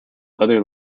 other